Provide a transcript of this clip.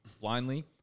blindly